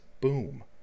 boom